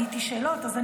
עניתי לשאלות.